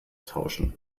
tauschen